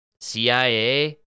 CIA